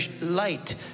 light